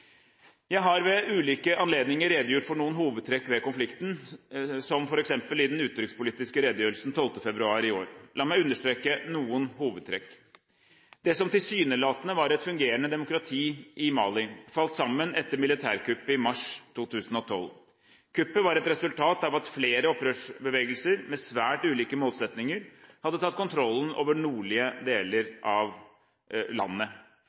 Jeg har ved ulike anledninger redegjort for noen hovedtrekk ved konflikten, som f.eks. i den utenrikspolitiske redegjørelsen 12. februar i år. La meg understreke noen hovedtrekk: Det som tilsynelatende var et fungerende demokrati i Mali, falt sammen etter militærkuppet i mars 2012. Kuppet var et resultat av at flere opprørsbevegelser – med svært ulike målsettinger – hadde tatt kontrollen over nordlige deler av landet.